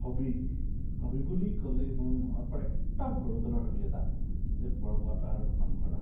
hobby hobby বুলি ক'লেই মোৰ মনত পৰে একদম সৰু কালৰ হবী এটা যে পৰ্বত আৰোহণ কৰা